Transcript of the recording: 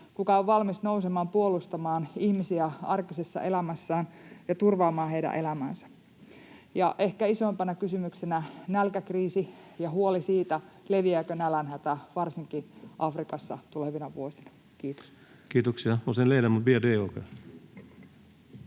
kuka on valmis nousemaan puolustamaan ihmisiä arkisessa elämässään ja turvaamaan heidän elämäänsä — ja ehkä isoimpana kysymyksenä nälkäkriisi ja huoli siitä, leviääkö nälänhätä varsinkin Afrikassa tulevina vuosina. — Kiitos. Kiitoksia. — Sedan ledamot